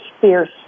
fierce